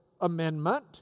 Amendment